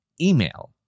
email